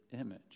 image